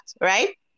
right